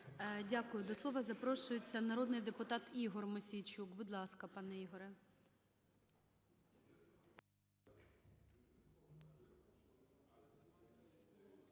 Дякую. До слова запрошується народний депутат Ігор Мосійчук. Будь ласка, пане Ігоре.